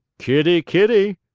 kitty, kitty!